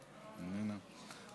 אני לא אומרת לפי סדר,